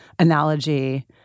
analogy